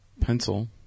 Pencil